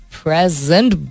present